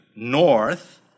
north